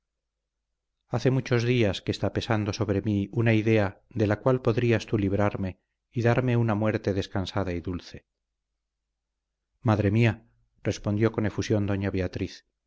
hace muchos días que está pesando sobre mí una idea de la cual podrías tú librarme y darme una muerte descansada y dulce madre mía respondió con efusión doña beatriz